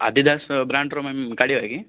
Adidas ବ୍ରାଣ୍ଡର ma'am କାଢ଼ିବା କି